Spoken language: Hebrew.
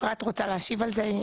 אפרת רוצה להשיב על זה,